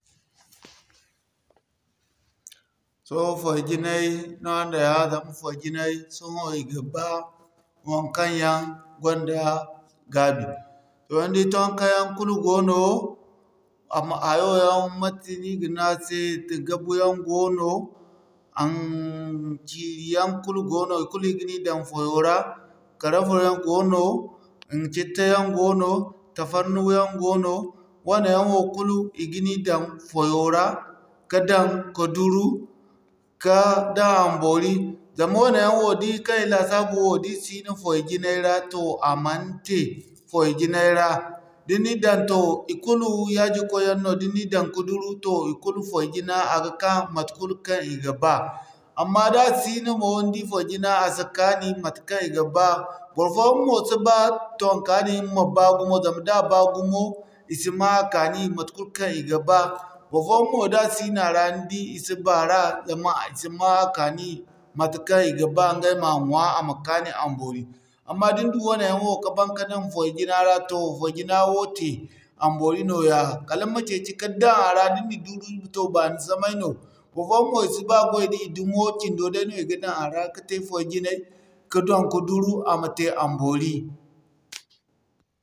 Sohõ foy jinay no araŋ na ay hã zama foy jinay sohõ i ga baa waŋkaŋ yaŋ gonda gaabi. Toh ni di toŋko yaŋ kulu goono, amma hayo yaŋ mate no i ga ne a se gabuyaŋ goono, ciiri yaŋ kulu goono, i kulu i ga ni daŋ foyo ra, Karanfa yaŋ goono, citta yaŋ goono, tafarnuwa yaŋ goono, wane yaŋ wo kulu i ga ni daŋ foyo ra ka daŋ ka duru ka daŋ a ma boori, zama wane yaŋ woo day kaŋ i laasabu wo da i sino foy jinay ra toh a man te. Foy jinay ra da ni'ni daŋ toh ikulu yaadin koy yaŋ no da ni'ni daŋ ka duru toh ikulu foy jina a ga ka matekul kaŋ i ga ba. Amma da a sino mo, ni di foy jina a si kaani matekaŋ i ga baa barfoyaŋ mo si ba tonka din ma baa gumo zama da baa gumo, i si ma a kaani matekul kaŋ i ga ba barfoyaŋ mo da sino a ra ni di i si baara zama i si ma a kaani matekaŋ i ga baa ɲgay ma ɲwaa a ma kaani a ma boori. Amma da ni du waneyaŋ wo ka baŋ ka daŋ foy jina ra, toh foy jina wo te a boori nooya kala ni ma ceeci ka daŋ a ra da ni na duru toh baani samay no. Barfoyaŋ mo i si ba goy da i dumo cindo day no i ga daŋ a ra ka te foy jinay ka daŋ ka duru, a ma te a ma boori.